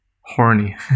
Horny